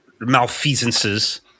malfeasances